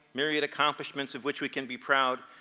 myriad accomplishments of which we can be proud.